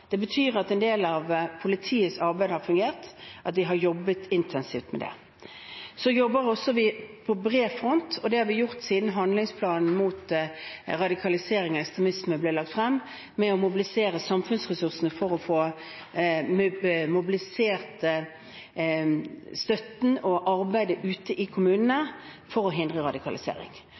Det betyr at en del av politiets arbeid har fungert, at de har jobbet intensivt med det. Så jobber vi også på bred front – og det har vi gjort siden handlingsplanen mot radikalisering og ekstremisme ble lagt frem – med å mobilisere samfunnsressursene for å få mobilisert støtten og arbeidet ute i kommunene for å hindre radikalisering,